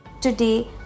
Today